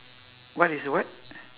what is what